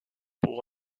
pour